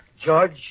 George